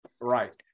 Right